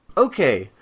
okay,